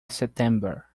september